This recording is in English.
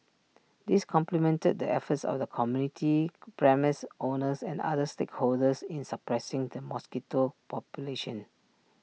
this complemented the efforts of the community premises owners and other stakeholders in suppressing the mosquito population